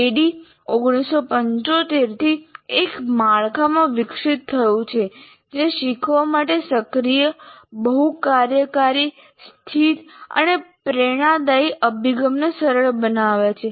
ADDIE 1975 થી એક માળખામાં વિકસિત થયું છે જે શીખવા માટે સક્રિય બહુ કાર્યકારી સ્થિત અને પ્રેરણાદાયી અભિગમને સરળ બનાવે છે